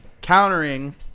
countering